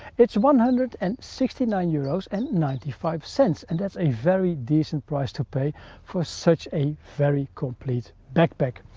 it's one hundred and sixty nine euros and ninety five cents, and that's a very decent price to pay for such a very complete backpack.